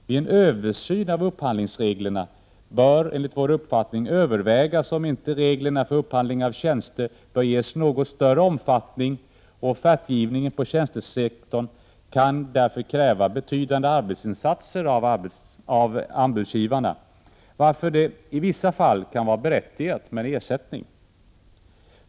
Vid översyn av upphandlingsreglerna för den offentliga sektorn bör enligt vår uppfattning övervägas om inte reglerna för upphandling av tjänster bör ges något större omfattning, och offertgivning på tjänstesektorn kan kräva betydande arbetsinsatser av anbudsgivarna, varför det i vissa fall kan vara berättigat med ersättning.